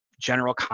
general